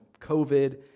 COVID